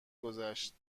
گذشت